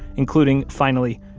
including, finally,